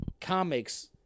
comics